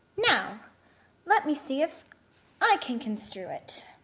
now let me see if i can construe it